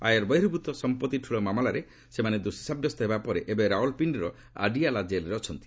ଆୟ ବହିର୍ଭୁତ ସମ୍ପତ୍ତି ଠୁଳ ମାମଲାରେ ସେମାନେ ଦୋଷୀ ସାବ୍ୟସ୍ତ ହେବା ପରେ ଏବେ ରାଓଲ ପିଣ୍ଡିର ଆଡିଆଲା ଜେଲ୍ରେ ରହିଛନ୍ତି